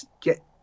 get